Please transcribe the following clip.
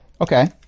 Okay